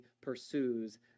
pursues